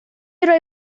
roi